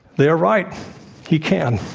they're right he can.